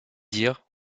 dires